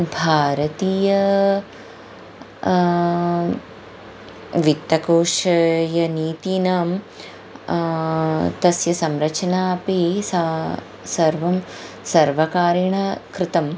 भारतीय वित्तकोशीयनीतीनां तस्य संरचना अपि सा सर्वं सर्वकारेण कृतम्